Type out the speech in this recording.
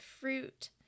fruit